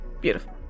Beautiful